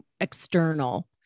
external